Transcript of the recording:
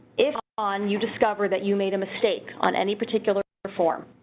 if on you discover that you made a mistake on any particular form,